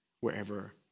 wherever